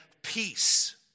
peace